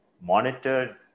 monitored